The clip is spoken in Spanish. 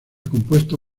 compuesto